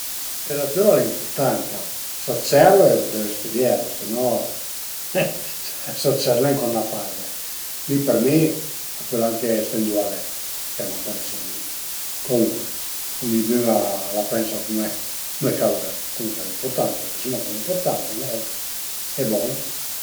La leteratüra al e impurtanta s'a t'serv deve stüdiela, se no s'a t'serv nen co t'ën faze, mi për mi a pöl anche ese ëndua al e perché a m'anteresa nen, comuncue, ogni d'ün a la pensa cume ch'a völ, comuncue al e ëmpurtanta, dizuma ch'al e ëmpurtanta dai e bon